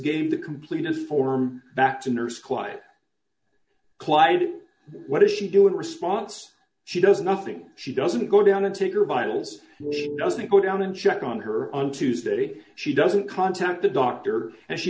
gave the completeness form back to nurse quiet clyde what does she do in response she does nothing she doesn't go down and take her vitals and doesn't go down and check on her on tuesday she doesn't contact the doctor and she